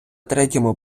третьому